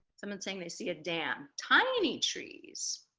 someone saying they see a damn tiny trees